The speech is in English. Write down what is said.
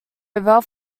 river